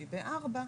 שהיא ב-(4),